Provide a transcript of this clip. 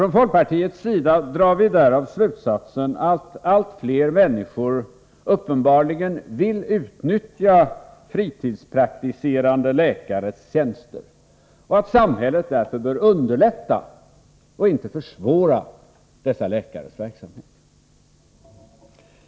Från folkpartiets sida drar vi av detta slutsatsen att allt fler människor uppenbarligen vill utnyttja fritidspraktiserande läkares tjänster, och att samhället därför bör underlätta och inte försvåra dessa läkares verksamhet.